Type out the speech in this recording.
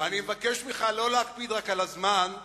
אני מבקש ממך לא להקפיד רק על הזמן,